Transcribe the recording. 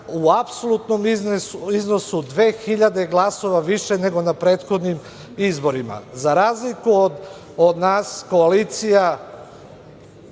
u apsolutnom iznosu 2.000 glasova više nego na prethodnim izborima.Za razliku od nas, koalicija